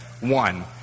one